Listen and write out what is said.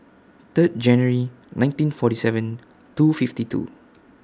Third January nineteen forty seven two fifty two